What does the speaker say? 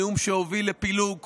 נאום שהוביל לפילוג,